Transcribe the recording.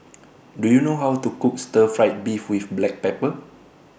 Do YOU know How to Cook Stir Fried Beef with Black Pepper